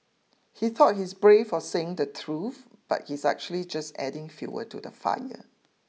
he thought he's brave for saying the truth but he's actually just adding fuel to the fire